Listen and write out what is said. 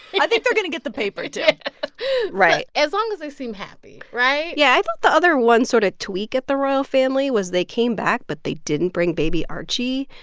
i think they're going to get the paper too right as long as they seem happy, right? yeah. i thought the other one sort of tweak at the royal family was they came back, but they didn't bring baby archie.